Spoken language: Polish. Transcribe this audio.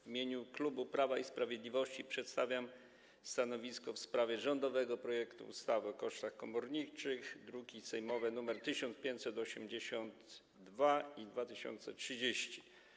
W imieniu klubu Prawa i Sprawiedliwości przedstawiam stanowisko w sprawie rządowego projektu ustawy o kosztach komorniczych, druki sejmowe nr 1582 i 2030.